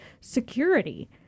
security